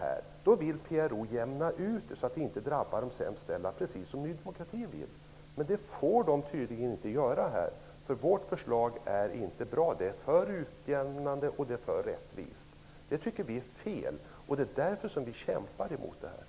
PRO vill jämna ut det så att det inte drabbar de sämst ställda, precis som Ny demokrati vill. Men det får de tydligen inte göra eftersom vårt förslag inte är bra. Det är för utjämnande, och det är för rättvist. Det tycker vi är fel. Det är därför som vi kämpar emot detta.